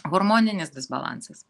hormoninis disbalansas